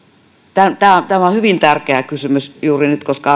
tämä on hyvin tärkeä kysymys juuri nyt koska